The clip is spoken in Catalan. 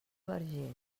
verger